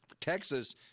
Texas